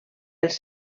els